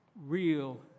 real